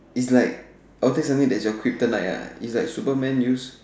is like your kryptonite is like Superman use